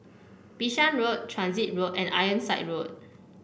Bishan Road Transit Road and Ironside Road